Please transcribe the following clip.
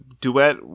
duet